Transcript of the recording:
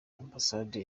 ambasade